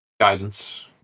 Guidance